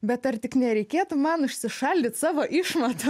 bet ar tik nereikėtų man užsišaldyt savo išmatų